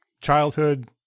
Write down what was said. childhood